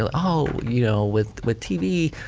ah oh you know with with tv,